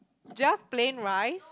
just plain rice